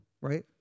right